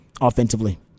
offensively